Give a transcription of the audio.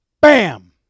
BAM